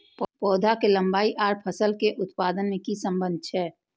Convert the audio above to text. पौधा के लंबाई आर फसल के उत्पादन में कि सम्बन्ध छे?